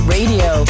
Radio